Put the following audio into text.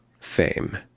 fame